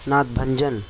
Nath Bhanjan